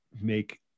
make